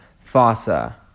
fossa